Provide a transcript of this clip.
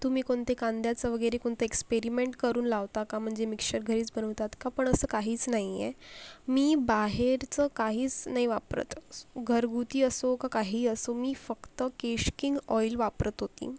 तुम्ही कोणते कांद्याचं वगैरे कोणतं एक्सपेरिमेंट करून लावता का म्हणजे मिक्शर घरीच बनवतात का पण असं काहीच नाही आहे मी बाहेरचं काहीच नाही वापरत घरगुती असो वा काहीही असो मी फक्त केश किंग ऑईल वापरत होती